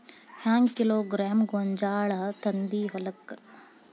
ಹೆಂಗ್ ಕಿಲೋಗ್ರಾಂ ಗೋಂಜಾಳ ತಂದಿ ಹೊಲಕ್ಕ?